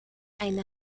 eine